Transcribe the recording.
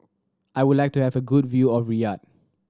I would like to have a good view of Riyadh